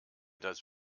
das